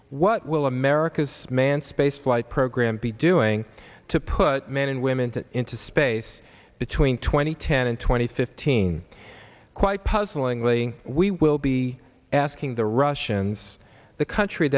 what will america's manned spaceflight program be doing to put men and women into space between twenty ten and twenty fifteen quite puzzling really we will be asking the russians the country